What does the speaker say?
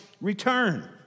return